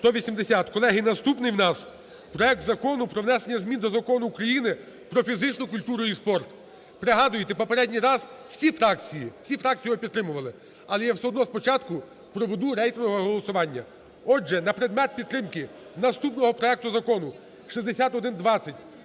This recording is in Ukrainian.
Колеги, наступний у нас проект Закону про внесення змін до Закону України "Про фізичну культуру і спорт". Пригадуєте, попередній раз всі фракції, всі фракції його підтримували. Але я все одно спочатку проведу рейтингове голосування. Отже, на предмет підтримки наступного проекту Закону 6120